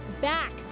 back